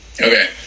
Okay